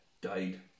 died